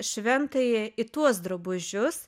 šventąjį į tuos drabužius